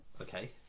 Okay